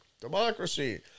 democracy